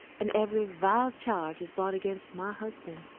and every vile charge is brought against my husband.